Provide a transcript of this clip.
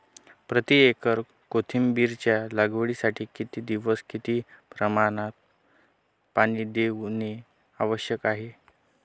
प्रति एकर कोथिंबिरीच्या लागवडीसाठी किती दिवस किती प्रमाणात पाणी देणे आवश्यक आहे?